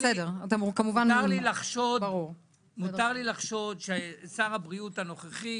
מותר לי לחשוד ששר הבריאות הנוכחי